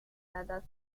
habitadas